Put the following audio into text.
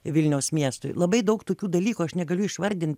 vilniaus miestui labai daug tokių dalykų aš negaliu išvardint